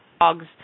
dogs